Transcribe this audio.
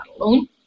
alone